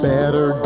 Better